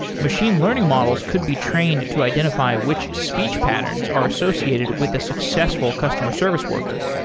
machine learning models could be trained to identify which speech patterns are associated with the successful customer service worker.